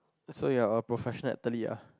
so you are a professional athlete ah